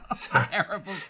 Terrible